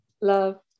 Love